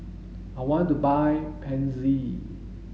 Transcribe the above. I want to buy Pansy